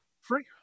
Free